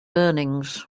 earnings